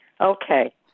Okay